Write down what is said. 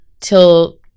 till